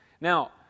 Now